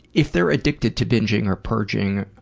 if they're addicted to binging or purging,